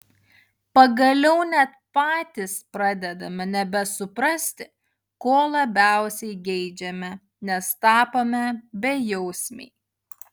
pagaliau net patys pradedame nebesuprasti ko labiausiai geidžiame nes tapome bejausmiai